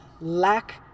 lack